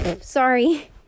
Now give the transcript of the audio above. Sorry